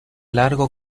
largo